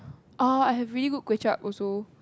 oh I have really good kway-chap also